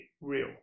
real